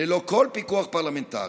ללא כל פיקוח פרלמנטרי.